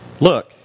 look